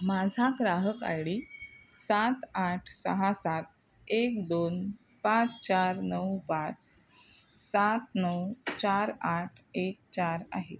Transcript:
माझा ग्राहक I D सात आठ सहा सात एक दोन पाच चार नऊ पाच सात नऊ चार आठ एक चार आहे